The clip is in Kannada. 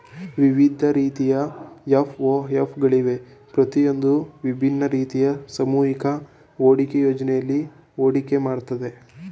ವಿವಿಧ ರೀತಿಯ ಎಫ್.ಒ.ಎಫ್ ಗಳಿವೆ ಪ್ರತಿಯೊಂದೂ ವಿಭಿನ್ನ ರೀತಿಯ ಸಾಮೂಹಿಕ ಹೂಡಿಕೆ ಯೋಜ್ನೆಯಲ್ಲಿ ಹೂಡಿಕೆ ಮಾಡುತ್ತೆ